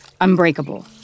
unbreakable